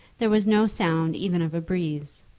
there was no sound even of a breeze.